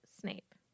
Snape